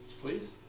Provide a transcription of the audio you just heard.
Please